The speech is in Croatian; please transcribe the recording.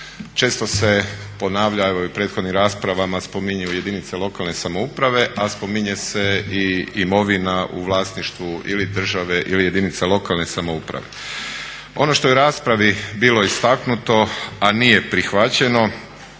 često se ponavlja, evo i u prethodnim raspravama, spominju jedinice lokalne samouprave a spominje se i imovina u vlasništvu ili države ili jedinica lokalne samouprave. Ono što je u raspravi bilo istaknuto, a nije prihvaćeno,